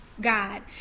God